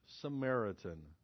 Samaritan